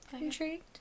intrigued